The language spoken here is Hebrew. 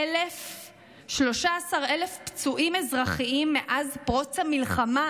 מ-13,000 פצועים אזרחיים מאז פרוץ המלחמה.